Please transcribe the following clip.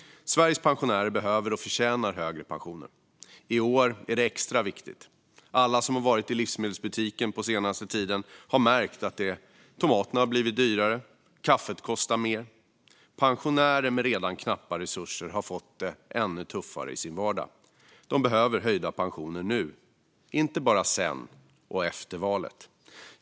Sveriges pensionärer behöver och förtjänar högre pensioner. I år är det extra viktigt. Alla som har varit i livsmedelsbutiken den senaste tiden har märkt att tomaterna har blivit dyrare och kaffet kostar mer. Pensionärer med redan knappa resurser har fått det ännu tuffare i sin vardag. De behöver höjda pensioner nu, inte sedan och efter valet.